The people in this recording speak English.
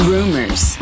Rumors